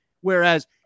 Whereas